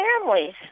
families